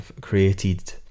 created